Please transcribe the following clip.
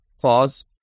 clause